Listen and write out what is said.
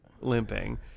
limping